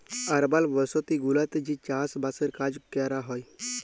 আরবাল বসতি গুলাতে যে চাস বাসের কাজ ক্যরা হ্যয়